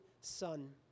son